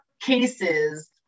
cases